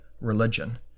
religion